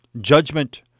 judgment